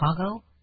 Chicago